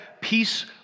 peace